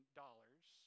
dollars